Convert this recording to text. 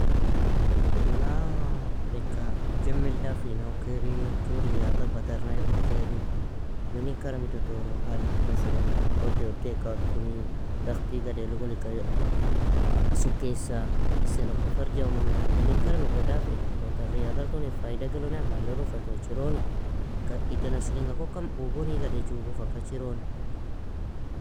يلا, ika jammill dafina ukairi, ju riyada batarnaya ukairi, Minin karam ido toro? هل masalana, odde odeakal kuni? Daghti gade logo ika suke isa? Isan oka farja imunme, minin karam ido dafi? Uon tar riyadal ton ir faydag elona? Mallron fa tochiron, ika idan ashringa kokan ugon iga dench ugon fa kachiron.